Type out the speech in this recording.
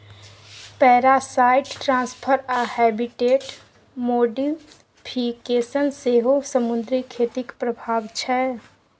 parasite transfer आ habitat modification सेहो समुद्री खेतीक प्रभाब छै